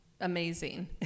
amazing